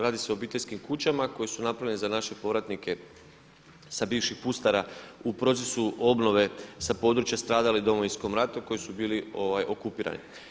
Radi se o obiteljskim kućama koje su napravljene za naše povratnike sa bivših pustara u procesu obnove sa područja stradalih u Domovinskom ratu koji su bili okupirani.